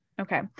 Okay